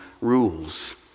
rules